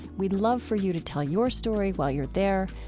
we'd love for you to tell your story while you're there.